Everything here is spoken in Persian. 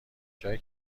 جایی